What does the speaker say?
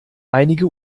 einige